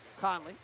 Conley